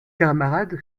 camarade